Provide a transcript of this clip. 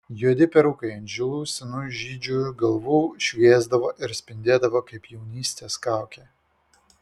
juodi perukai ant žilų senų žydžių galvų šviesdavo ir spindėdavo kaip jaunystės kaukė